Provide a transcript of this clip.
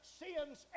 sins